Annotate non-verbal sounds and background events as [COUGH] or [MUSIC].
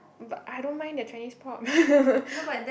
but I don't mind the Chinese pop [LAUGHS]